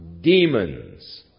demons